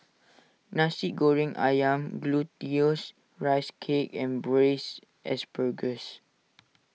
Nasi Goreng Ayam Glutinous Rice Cake and Braised Asparagus